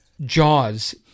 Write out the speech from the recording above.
Jaws